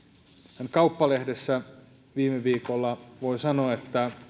kauppalehdessä viime viikolla voi sanoa